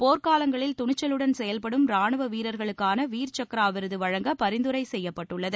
போர்க்காலங்களில் துணிச்சலுடன் செயல்படும் ராணுவ வீரர்களுக்கான வீர்சக்ரா விருது வழங்க பரிந்துரை செய்யப்பட்டுள்ளது